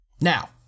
Now